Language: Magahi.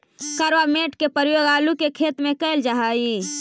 कार्बामेट के प्रयोग आलू के खेत में कैल जा हई